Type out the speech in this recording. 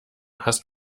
hast